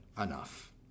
enough